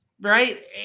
right